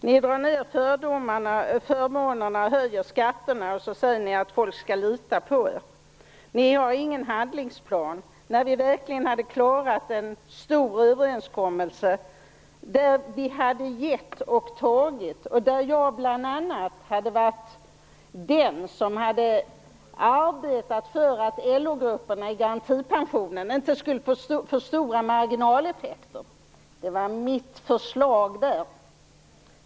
Fru talman! Det hela är mycket enkelt. Ni vill dra ned på förmånerna och höja skatterna. Sedan säger ni att folk skall lita på er. Ni har ingen handlingsplan. Vi hade verkligen lyckats klara en stor överenskommelse där vi hade givit och tagit. Bl.a. jag var den som arbetade för att LO-grupperna i garantipensionen inte skulle få för stora marginaleffekter. Det var mitt förslag.